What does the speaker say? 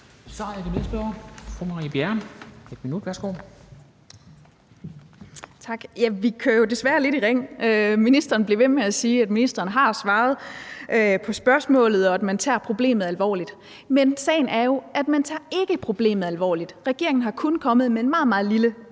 Vi kører desværre lidt i ring. Ministeren bliver ved med at sige, at ministeren har svaret på spørgsmålet, og at man tager problemet alvorligt. Men sagen er jo, at man ikke tager problemet alvorligt. Regeringen er kun kommet med en meget, meget lille varmepulje.